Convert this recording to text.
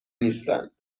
نیستند